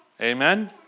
Amen